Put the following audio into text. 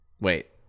wait